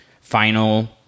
final